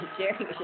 sharing